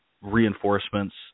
reinforcements